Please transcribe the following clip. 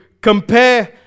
compare